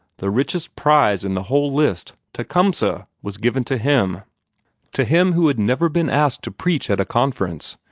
the richest prize in the whole list, tecumseh, was given to him to him who had never been asked to preach at a conference,